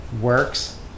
works